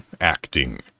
acting